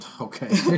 Okay